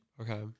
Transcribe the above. Okay